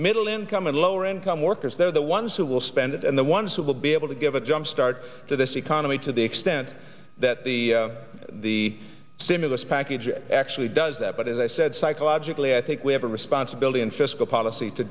middle income and lower income workers they're the ones who will spend it and the ones who will be able to give a jumpstart to this economy to the extent that the the stimulus package it actually does that but as i said cite logically i think we have a responsibility and fiscal policy to